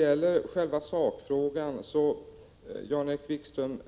I själva sakfrågan, Jan-Erik Wikström,